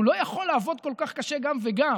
הוא לא יכול לעבוד כל כך קשה גם וגם,